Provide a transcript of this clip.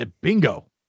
Bingo